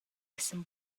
essan